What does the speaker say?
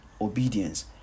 obedience